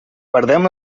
perdem